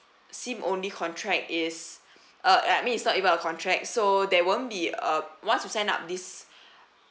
SIM only contract is uh I mean it's not even a contract so there won't be uh once you sign up this